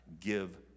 Give